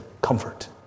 comfort